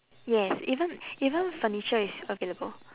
yes even even furniture is available